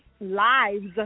lives